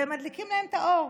והם מדליקים להם את האור.